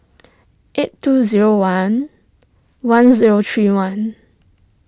eight two zero one one zero three one